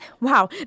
Wow